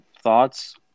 thoughts